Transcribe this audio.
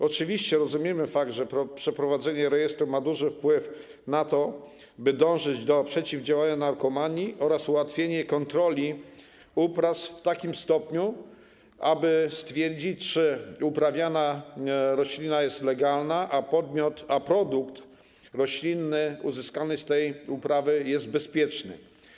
Oczywiście rozumiemy fakt, że wprowadzenie rejestru ma duży wpływ na dążenie do przeciwdziałania narkomanii oraz ułatwienie kontroli upraw w takim stopniu, aby stwierdzić, czy uprawiana roślina jest legalna, a produkt roślinny uzyskany z tej uprawy jest bezpieczny.